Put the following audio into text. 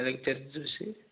Medak church చూసి